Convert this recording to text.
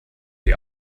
die